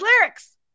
lyrics